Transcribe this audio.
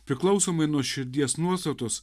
priklausomai nuo širdies nuostatos